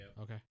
Okay